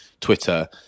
Twitter